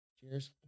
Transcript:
cheers